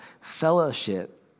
fellowship